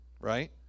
right